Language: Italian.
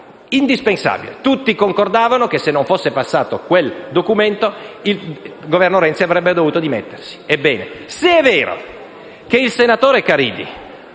tutti concordavano che, se non fosse passato quel documento, il Governo Renzi avrebbe dovuto dimettersi.